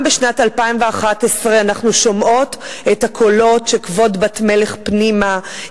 גם בשנת 2011 אנחנו שומעות את הקולות שכבוד בת מלך פנימה,